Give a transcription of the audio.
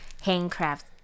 handcraft